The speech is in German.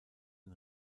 den